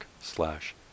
slash